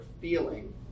feeling